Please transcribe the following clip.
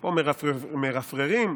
פה מרפררים,